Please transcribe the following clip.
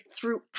throughout